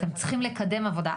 אתם צריכים לקדם עבודה.